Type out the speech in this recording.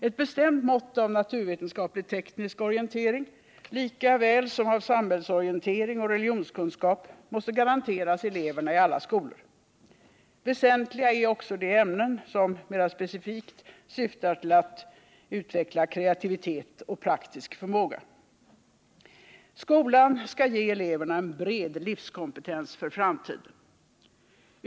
Ett bestämt mått av naturvetenskaplig-teknisk orientering lika väl som av samhällsorientering och religionskunskap måste garanteras eleverna i alla skolor. Väsentliga är också de ämnen som mer specifikt syftar till att utveckla kreativitet och praktisk förmåga. Skolan skall ge eleverna en bred livskompetens för framtiden.